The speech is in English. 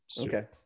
Okay